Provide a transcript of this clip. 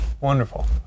wonderful